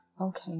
okay